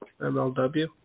MLW